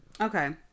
Okay